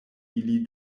ili